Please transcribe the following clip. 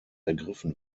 ergriffen